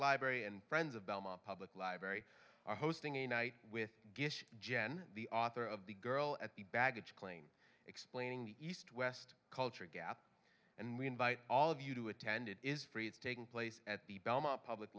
library and friends of belmont public library are hosting a night with gish jen the author of the girl at the baggage claim explaining the east west culture gap and we invite all of you to attend it is free it's taking place at the belmont public